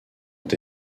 ont